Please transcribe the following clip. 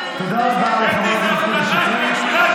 תודה רבה לחברת הכנסת שטרית.